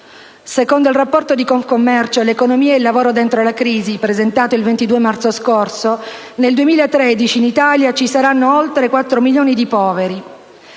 Secondo il rapporto di Confcommercio, «L'economia e il lavoro dentro la crisi», presentato il 22 marzo scorso, nel 2013 in Italia ci saranno oltre 4 milioni di poveri